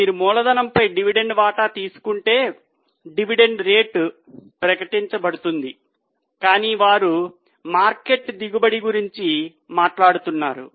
మీరు మూలధనంపై డివిడెండ్ వాటా తీసుకుంటే డివిడెండ్ రేటు ప్రకటించబడుతుంది కాని వారు మార్కెట్ దిగుబడి గురించి మాట్లాడుతున్నారు